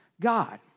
God